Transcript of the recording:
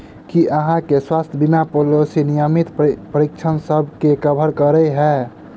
की अहाँ केँ स्वास्थ्य बीमा पॉलिसी नियमित परीक्षणसभ केँ कवर करे है?